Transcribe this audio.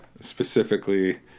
specifically